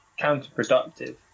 counterproductive